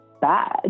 bad